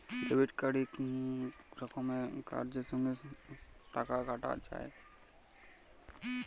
debit card ইক রকমের card সঙ্গে সঙ্গে টাকা কাটা যায়